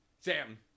Sam